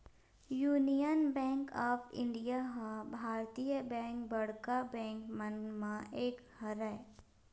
union bank of India ह भारतीय के बड़का बेंक मन म एक हरय